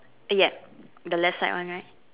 yup the left side one right